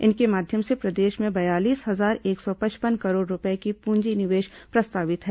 इनके माध्यम से प्रदेश में बयालीस हजार एक सौ पचपन करोड़ रूपये का पूंजी निवेश प्रस्तावित है